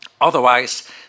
Otherwise